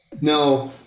No